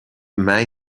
mij